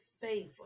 favor